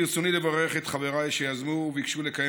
ברצוני לברך את חבריי שיזמו וביקשו לקיים